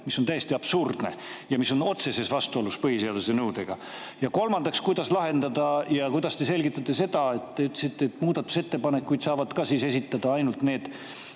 See on täiesti absurdne! Ja see on otseses vastuolus põhiseaduse nõudega. Ja kolmandaks, kuidas lahendada [probleemi] ja kuidas te selgitate seda, te ütlesite, et muudatusettepanekuid saavad ka [esitleda] ainult need,